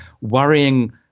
worrying